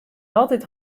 altyd